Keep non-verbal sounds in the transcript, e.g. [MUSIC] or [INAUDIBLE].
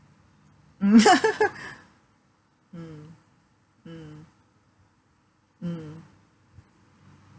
mm [LAUGHS] mm mm mm